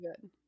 good